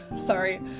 sorry